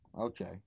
Okay